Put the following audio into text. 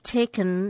taken